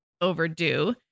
overdue